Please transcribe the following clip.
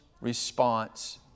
response